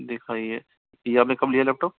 दिखाइए ये आपने कब लिया लैपटॉप